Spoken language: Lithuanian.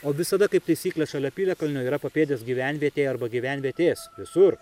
o visada kaip taisyklė šalia piliakalnio yra papėdės gyvenvietė arba gyvenvietės visur